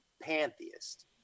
pantheist